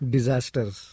Disasters